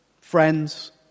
friends